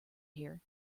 here